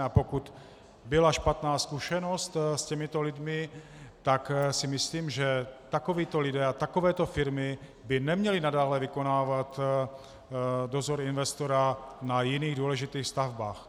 A pokud byla špatná zkušenost s těmito lidmi, tak si myslím, že takovíto lidé a takovéto firmy by neměli nadále vykonávat dozor investora na jiných důležitých stavbách.